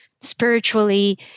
spiritually